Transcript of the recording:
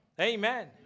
Amen